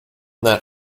that